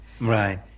right